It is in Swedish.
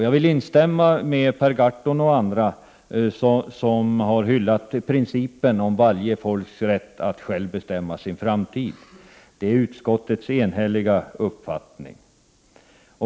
Jag vill instämma med Per Gahrton och andra som har hyllat principen om varje folks rätt att själv bestämma sin framtid. Det är utskottets enhälliga uppfattning.